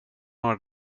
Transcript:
några